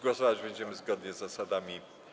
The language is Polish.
Głosować będziemy zgodnie z zasadami.